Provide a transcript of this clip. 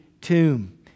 tomb